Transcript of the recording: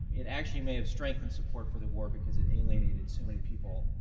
it actually may have strengthened support for the war because it alienated so many people.